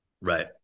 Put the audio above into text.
right